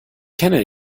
kenne